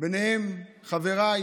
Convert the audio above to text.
ביניהם חבריי